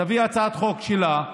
תביא הצעת חוק שלה,